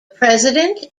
president